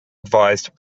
advised